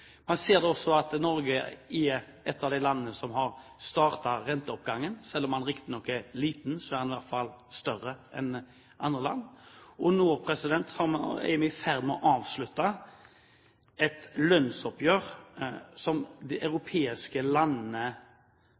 Man ser da også at Norge er et av de landene som har startet renteoppgangen. Selv om den riktignok er liten, er den i hvert fall større enn i andre land. Og nå er vi i ferd med å avslutte et lønnsoppgjør, som de europeiske landene